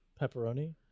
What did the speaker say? pepperoni